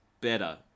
better